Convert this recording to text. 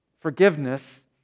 forgiveness